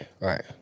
Right